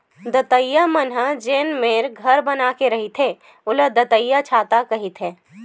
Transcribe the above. दतइया मन ह जेन मेर घर बना के रहिथे ओला दतइयाछाता कहिथे